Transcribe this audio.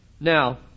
Now